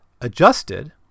adjusted